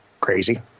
crazy